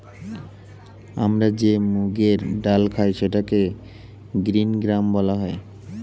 আমরা যে মুগের ডাল খাই সেটাকে গ্রীন গ্রাম বলা হয়